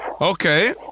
Okay